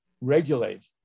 regulate